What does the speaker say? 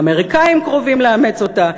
האמריקנים קרובים לאמץ אותה.